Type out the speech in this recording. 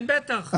כן, בטח.